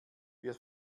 wir